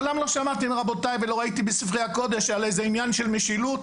מעולם לא שמעתי מרבותיי ולא ראיתי בספרי הקודש על עניין של משילות